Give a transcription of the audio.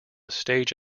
stage